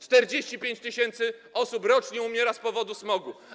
45 tys. osób rocznie umiera z powodu smogu.